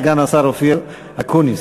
סגן השר אופיר אקוניס.